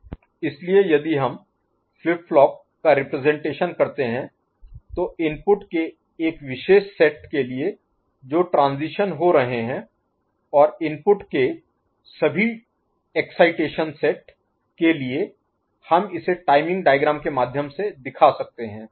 इसलिए यदि हम फ्लिप फ्लॉप का रिप्रजेंटेशन करते हैं तो इनपुट के एक विशेष सेट के लिए जो ट्रांजीशन हो रहे हैं और इनपुट के सभी एक्साइटेशन सेट के लिए हम इसे टाइमिंग डायग्राम के माध्यम से दिखा सकते हैं